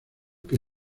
que